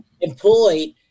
employed